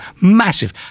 massive